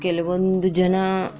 ಕೆಲ್ವೊಂದು ಜನ